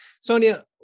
Sonia